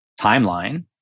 timeline